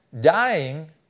dying